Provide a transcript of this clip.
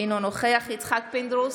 אינו נוכח יצחק פינדרוס,